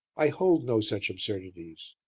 i hold no such absurdities.